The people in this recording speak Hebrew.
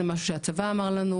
זה משהו שהצבא אמר לנו,